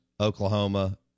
Oklahoma